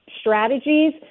strategies